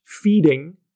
feeding